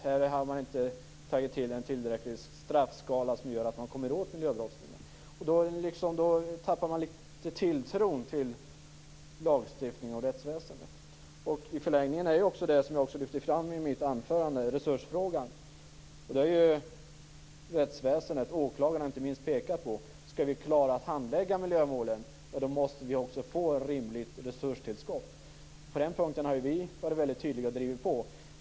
Här har man inte tagit till en tillräcklig straffskala som gör att man kommer åt miljöbrottslingarna. Man tappar liksom tilltron till lagstiftning och rättsväsende. I förlängningen gäller det, som jag också lyfte fram i mitt anförande, resursfrågan. Det har rättsväsendet, inte minst åklagarna, pekat på. Skall vi klara av att handlägga miljövården måste vi också få ett rimligt resurstillskott. På den punkten har vi varit mycket tydliga och drivit på.